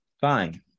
Fine